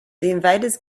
invaders